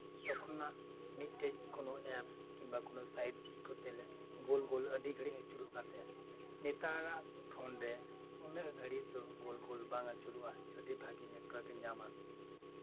ᱛᱚᱠᱷᱚᱱᱟᱜ ᱢᱤᱫᱴᱮᱱ ᱠᱳᱱᱳ ᱮᱯᱥ ᱵᱟ ᱠᱳᱱᱳ ᱥᱟᱭᱤᱰ ᱡᱷᱤᱡ ᱠᱚᱨᱛᱮ ᱜᱮᱞᱮ ᱜᱳᱞ ᱜᱳᱞ ᱟᱹᱰᱤ ᱜᱷᱟᱹᱲᱤᱡ ᱟᱹᱪᱩᱨᱚᱜ ᱠᱟᱱ ᱛᱟᱦᱮᱱᱟ ᱱᱮᱛᱟᱨᱟᱜ ᱯᱷᱳᱱ ᱨᱮ ᱩᱱᱟᱹᱜ ᱜᱷᱟᱲᱤᱡ ᱫᱚ ᱜᱳᱞ ᱜᱳᱞ ᱵᱟᱝ ᱟᱹᱪᱩᱨᱚᱜᱼᱟ ᱡᱩᱫᱤ ᱵᱷᱟᱹᱜᱤ ᱱᱮᱴᱣᱟᱨᱠ ᱮ ᱧᱟᱢᱟ